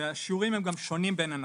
השיעורים הם גם שונים בין ענפים.